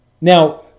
Now